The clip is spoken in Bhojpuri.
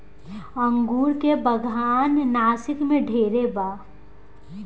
अंगूर के बागान नासिक में ढेरे बा